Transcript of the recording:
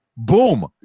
Boom